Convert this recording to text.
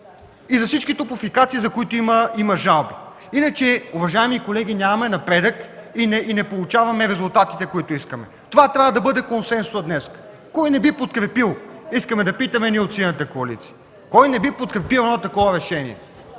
И за всички топлофикации, за които има жалби! Иначе, уважаеми колеги, нямаме напредък и не получаваме резултатите, които искаме. Това трябва да бъде консенсусът днес. Кой не би подкрепил – искаме да питаме ние от Синята коалиция – едно такова решение?